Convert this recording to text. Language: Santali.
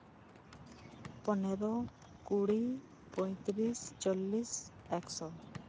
ᱯᱚᱱᱨᱚ ᱠᱩᱲᱤ ᱯᱚᱸᱭᱛᱨᱤᱥ ᱪᱚᱞᱞᱤᱥ ᱮᱠᱥᱚ